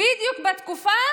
בדיוק בתקופה